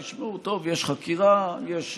תשמעו, טוב, יש חקירה, יש